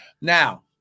Now